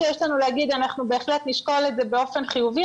אנחנו בהחלט נשקול את זה באופן חיובי,